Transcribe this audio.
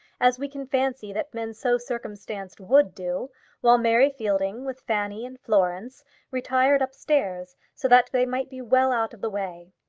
as we can fancy that men so circumstanced would do while mary fielding with fanny and florence retired upstairs, so that they might be well out of the way.